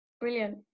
brilliant